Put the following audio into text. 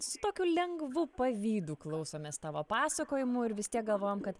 su tokiu lengvu pavydu klausomės tavo pasakojimų ir vis tiek galvojam kad